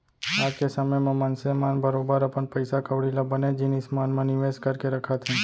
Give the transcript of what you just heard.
आज के समे म मनसे मन बरोबर अपन पइसा कौड़ी ल बनेच जिनिस मन म निवेस करके रखत हें